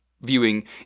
viewing